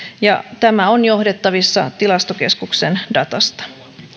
ja tämä on johdettavissa tilastokeskuksen datasta